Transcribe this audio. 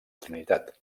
trinitat